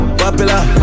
popular